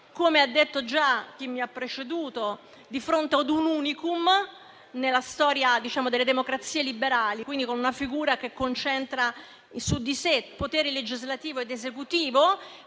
come ha detto già chi mi ha preceduto, di fronte a *un unicum* nella storia delle democrazie liberali, con una figura che concentra su di sé potere legislativo ed esecutivo,